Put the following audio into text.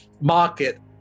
market